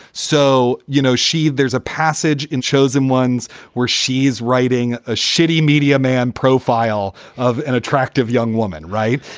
so, you know, she's there's a passage in chosen ones where she's writing a shitty media man profile of an attractive young woman. right.